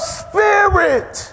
spirit